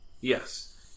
Yes